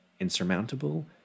Insurmountable